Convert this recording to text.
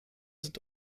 sind